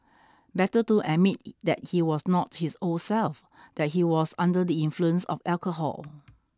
better to admit that he was not his old self that he was under the influence of alcohol